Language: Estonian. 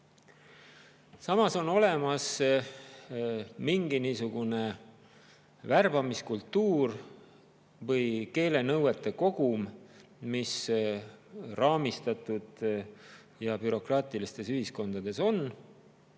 on olemas mingi värbamiskultuur või keelenõuete kogum, mis raamistatud ja bürokraatlikes ühiskondades on,